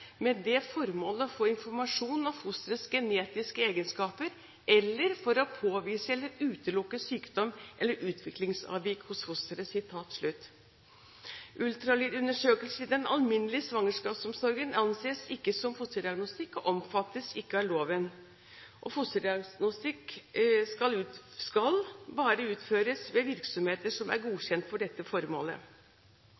med det formål å få informasjon om fosterets genetiske egenskaper eller for å påvise eller utelukke sykdom eller utviklingsavvik hos fosteret.» Ultralydundersøkelse i den alminnelige svangerskapsomsorgen anses ikke som fosterdiagnostikk og omfattes ikke av loven. Fosterdiagnostikk skal bare utføres ved virksomheter som er